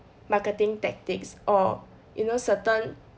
marketing tactics or you know certain